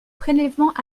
prélèvement